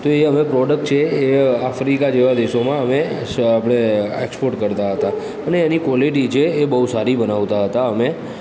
તો હવે એ પ્રોડક્ટ છે એ આફ્રિકા જેવા દેશોમાં અમે સ આપણે એક્સપોર્ટ કરતા હતા અને એની ક્વોલિટી છે એ બહુ સારી બનાવતા હતા અમે